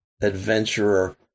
adventurer